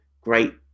great